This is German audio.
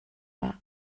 war